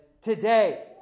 today